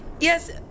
yes